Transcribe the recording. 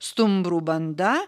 stumbrų banda